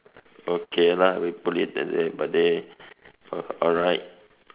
okay lah we put it that way alright